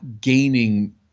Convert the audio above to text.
gaining